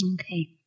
Okay